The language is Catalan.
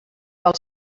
pel